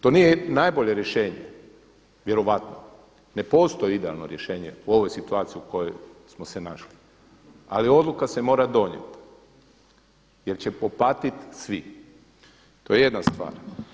To nije najbolje rješenje vjerojatno, ne postoji idealno rješenje u ovoj situaciji u kojoj smo se našli, ali odluka se mora donijeti jer će propatiti svi, to je jedna stvar.